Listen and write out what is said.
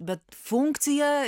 bet funkcija